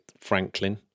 Franklin